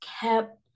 kept